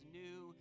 new